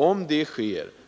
Om så blir fallet,